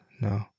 no